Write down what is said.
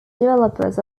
developers